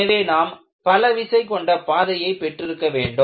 எனவே நாம் பலவிசை கொண்ட பாதையை பெற்றிருக்க வேண்டும்